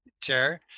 chair